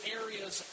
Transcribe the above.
areas